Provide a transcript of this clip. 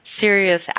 serious